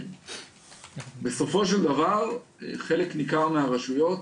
בסופו של דבר, חלק ניכר מהרשויות,